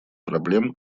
проблем